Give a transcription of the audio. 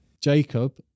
Jacob